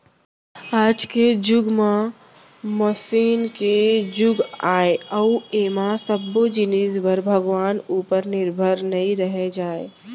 आज के जुग ह मसीन के जुग आय अउ ऐमा सब्बो जिनिस बर भगवान उपर निरभर नइ रहें जाए